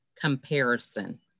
comparison